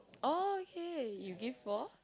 oh okay you give for